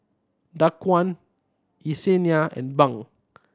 Daquan Yessenia and Bunk